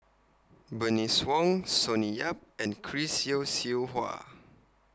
Bernice Wong Sonny Yap and Chris Yeo Siew Hua